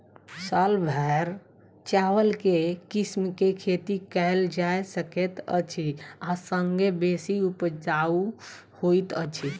साल भैर चावल केँ के किसिम केँ खेती कैल जाय सकैत अछि आ संगे बेसी उपजाउ होइत अछि?